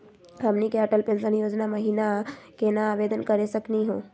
हमनी के अटल पेंसन योजना महिना केना आवेदन करे सकनी हो?